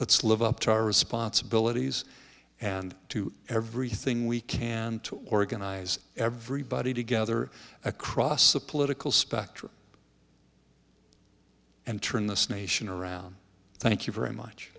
let's live up to our responsibilities and to everything we can to organize everybody together across the political spectrum and turn this nation around thank you very much